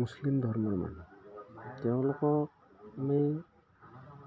মুছলিম ধৰ্মৰ মানুহ তেওঁলোকক আমি